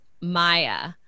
Maya